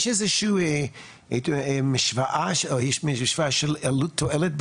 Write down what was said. יש איזה שהיא משוואה של עלות תועלת,